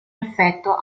effetto